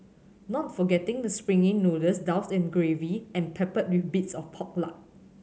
not forgetting the springy noodles doused in gravy and peppered with bits of pork lard